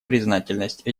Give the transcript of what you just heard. признательность